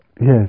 Yes